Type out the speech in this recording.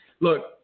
look